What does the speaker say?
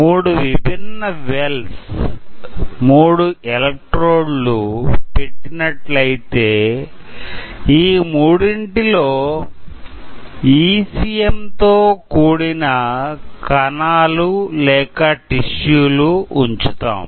మూడు విభిన్న వెల్స్ మూడు ఎలక్ట్రోడ్లు పెట్టినట్లయితే ఆ మూడింటిలో ఈసిఎం తో కూడిన కణాలు లేక టిష్యూలు ఉంచుతాం